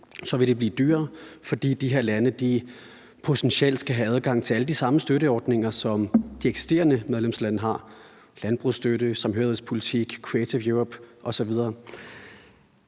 vil blive dyrere, fordi de her lande potentielt skal have adgang til alle de samme støtteordninger, som de eksisterende medlemslande har: landbrugsstøtte, samhørighedspolitik, Creative Europe osv.